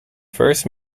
first